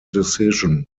decision